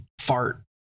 Fart